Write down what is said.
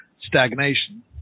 Stagnation